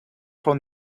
from